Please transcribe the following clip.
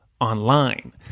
online